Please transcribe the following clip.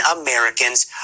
Americans